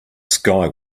sky